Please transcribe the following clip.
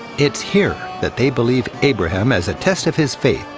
it's here that they believe abraham, as a test of his faith,